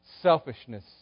selfishness